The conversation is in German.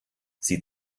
sie